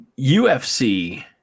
UFC